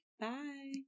bye